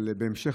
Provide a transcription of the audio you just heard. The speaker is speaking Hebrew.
בהמשך